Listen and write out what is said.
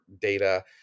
data